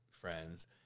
friends